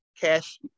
cash